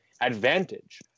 advantage